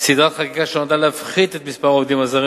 סדרת חקיקה שנועדה להפחית את מספר העובדים הזרים